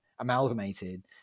amalgamated